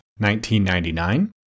1999